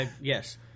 Yes